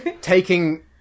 Taking